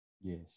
Yes